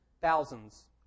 thousands